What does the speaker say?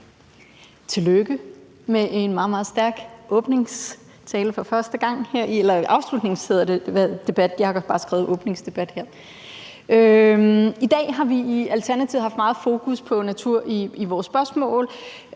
Tillykke med en meget, meget stærk afslutningstale for første gang. I dag har vi i Alternativet haft meget fokus på natur i vores spørgsmål,